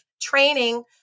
training